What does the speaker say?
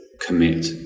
commit